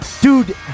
Dude